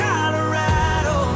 Colorado